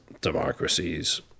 democracies